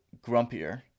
grumpier